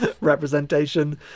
representation